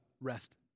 rest